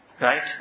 Right